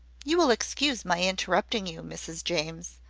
you will excuse my interrupting you, mrs james,